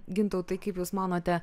gintautai kaip jūs manote